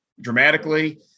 dramatically